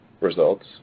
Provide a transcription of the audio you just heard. results